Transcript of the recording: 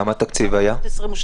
כמה התקציב היה?